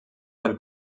del